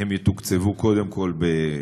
שהם יתוקצבו קודם כול ב,